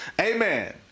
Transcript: Amen